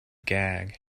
gag